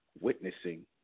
witnessing